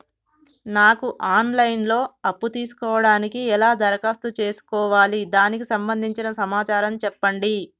నాకు online లో అప్పు తీసుకోవడానికి ఎలా దరఖాస్తు చేసుకోవాలి దానికి సంబంధించిన సమాచారం చెప్పండి?